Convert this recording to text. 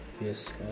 Yes